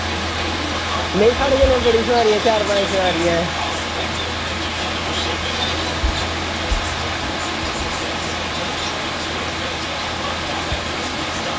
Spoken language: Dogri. नेईं साढ़े कन्नै बड़ियां सोआरियां चार पंज जनें न